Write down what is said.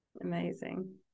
amazing